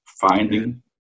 finding